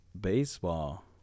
baseball